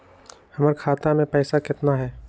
हमर खाता मे पैसा केतना है?